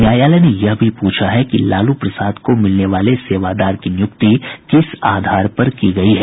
न्यायालय ने यह भी पूछा है कि लालू प्रसाद को मिलने वाले सेवादार की नियुक्ति किस आधार पर की गई है